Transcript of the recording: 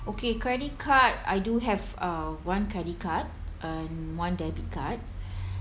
okay credit card I do have uh one credit card and one debit card